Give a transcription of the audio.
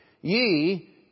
ye